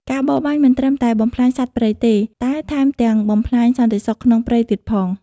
ការបរបាញ់មិនត្រឹមតែបំផ្លាញសត្វព្រៃទេ តែថែមទាំងបំផ្លាញសន្តិសុខក្នុងព្រៃទៀតផង។